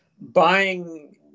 buying